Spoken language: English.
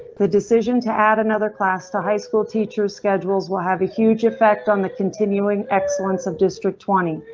the decision to add another class to high school teachers schedules will have a huge effect on the continuing excellence of district twenty.